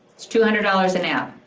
it's two hundred dollars an app.